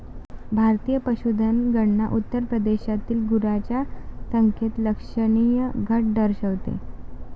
भारतीय पशुधन गणना उत्तर प्रदेशातील गुरांच्या संख्येत लक्षणीय घट दर्शवते